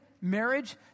marriage